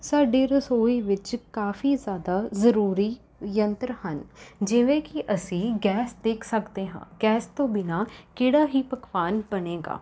ਸਾਡੀ ਰਸੋਈ ਵਿੱਚ ਕਾਫ਼ੀ ਜ਼ਿਆਦਾ ਜ਼ਰੂਰੀ ਯੰਤਰ ਹਨ ਜਿਵੇਂ ਕਿ ਅਸੀਂ ਗੈਸ ਦੇਖ ਸਕਦੇ ਹਾਂ ਗੈਸ ਤੋਂ ਬਿਨਾਂ ਕਿਹੜਾ ਹੀ ਪਕਵਾਨ ਬਣੇਗਾ